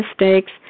mistakes